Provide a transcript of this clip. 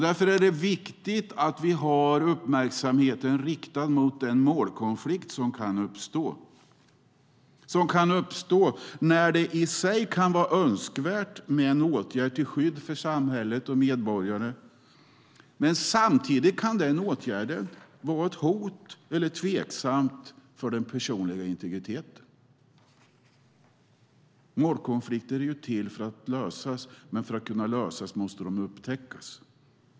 Därför är det viktigt att vi har uppmärksamheten riktad på den målkonflikt som kan uppstå när det i sig kan vara önskvärt med en åtgärd till skydd för samhället och medborgarna men samtidigt vara ett hot mot eller tveksamt för den personliga integriteten. Målkonflikter är till för att lösas, men för att kunna lösas måste de upptäckas.